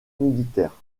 militaire